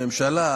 ממשלה,